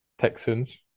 Texans